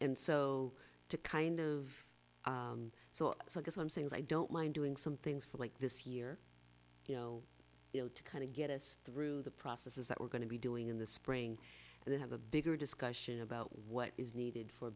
and so to kind of so i guess i'm saying i don't mind doing some things for like this year you know you know to kind of get us through the processes that we're going to be doing in the spring and then have a bigger discussion about what is needed for